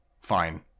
fine